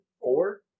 four